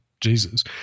Jesus